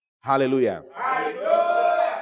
Hallelujah